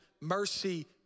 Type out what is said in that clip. mercy